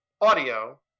audio